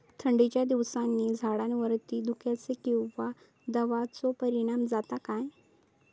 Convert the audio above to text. थंडीच्या दिवसानी झाडावरती धुक्याचे किंवा दवाचो परिणाम जाता काय?